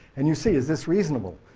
and you see is this reasonable?